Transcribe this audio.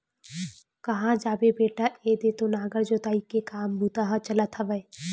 काँहा जाबे बेटा ऐदे तो नांगर जोतई के काम बूता ह चलत हवय